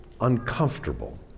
uncomfortable